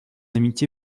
amitié